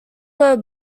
were